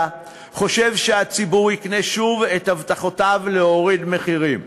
חושב שהציבור יקנה שוב את הבטחותיו להוריד מחירים.